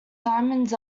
diamonds